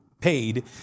paid